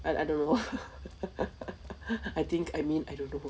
I I don't know I think I mean I don't know